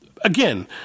again